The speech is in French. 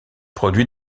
produit